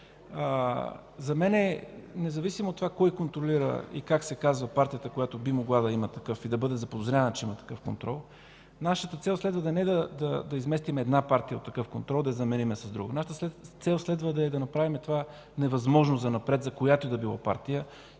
за мен независимо от това кой контролира и как се казва партията, която би могла да има и да бъде заподозряна, че има такъв контрол, нашата цел не е да изместим една партия от такъв контрол и да я заменим с друга. Нашата цел следва е да направим това невъзможно занапред за която и да било партия